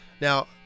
Now